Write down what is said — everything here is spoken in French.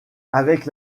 avec